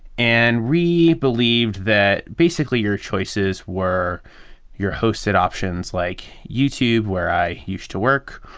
and we believed that basically your choices were your hosted options like youtube, where i used to work,